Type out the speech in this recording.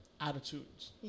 attitudes